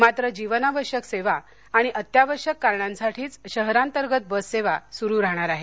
मात्र जीवनावश्यक सेवा आणि अत्यावश्यक कारणांसाठीच शहरांगत बस सेवा सुरु राहणार आहे